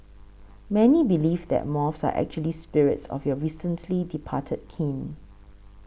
many believe that moths are actually spirits of your recently departed kin